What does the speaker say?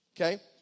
Okay